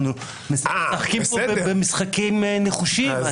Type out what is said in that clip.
אנחנו משחקים כאן במשחקים נחושים.